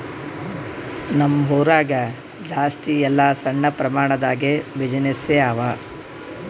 ನಮ್ ಊರಾಗ ಜಾಸ್ತಿ ಎಲ್ಲಾ ಸಣ್ಣ ಪ್ರಮಾಣ ದಾಗೆ ಬಿಸಿನ್ನೆಸ್ಸೇ ಅವಾ